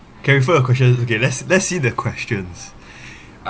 K first question okay let's let's see the questions